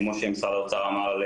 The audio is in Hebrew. כמו שמשרד האוצר אמר,